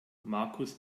markus